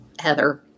Heather